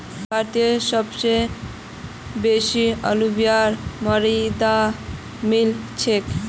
भारतत सबस बेसी अलूवियल मृदा मिल छेक